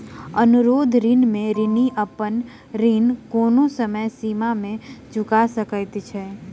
अनुरोध ऋण में ऋणी अपन ऋण कोनो समय सीमा में चूका सकैत छै